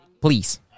Please